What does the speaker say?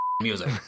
music